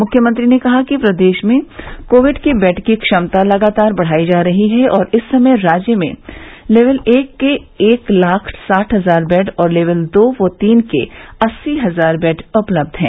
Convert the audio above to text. मुख्यमंत्री ने कहा कि प्रदेश में कोविड के बेड की क्षमता लगातार बढ़ाई जा रही है और इस समय राज्य में लेवल एक के एक लाख साठ हजार बेड और लेवल दो व तीन के अस्सी हजार बेड उपलब्य हैं